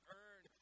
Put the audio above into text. earn